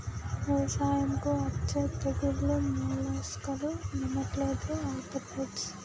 వ్యవసాయంకు అచ్చే తెగుల్లు మోలస్కులు, నెమటోడ్లు, ఆర్తోపోడ్స్